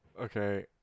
Okay